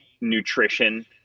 nutrition